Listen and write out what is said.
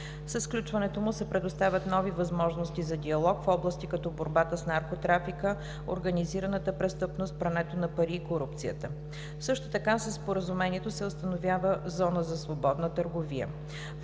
Със сключването му се предоставят нови възможности за диалог в области като борбата с наркотрафика, организираната престъпност, прането на пари и корупцията. Също така със Споразумението се установява Зона за свободна търговия.